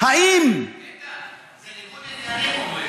זה ניגוד עניינים.